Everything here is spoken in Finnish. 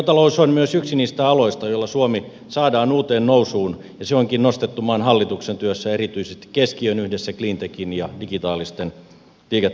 biotalous on myös yksi niistä aloista joilla suomi saadaan uuteen nousuun ja se onkin nostettu maan hallituksen työssä erityisesti keskiöön yhdessä cleantechin ja digitaalisten liiketoimintojen kanssa